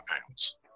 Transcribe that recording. pounds